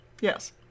Yes